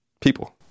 people